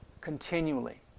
continually